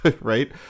right